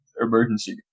emergency